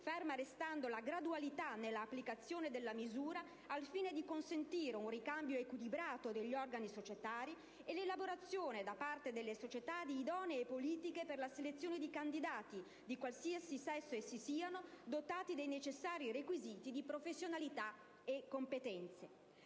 ferma restando la gradualità nell'applicazione della misura, al fine di consentire un ricambio equilibrato degli organi societari e l'elaborazione da parte delle società di idonee politiche per la selezione dei candidati, di qualsiasi sesso essi siano, dotati dei necessari requisiti di professionalità e competenza.